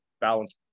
balance